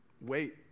wait